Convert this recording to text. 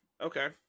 Okay